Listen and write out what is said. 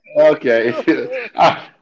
Okay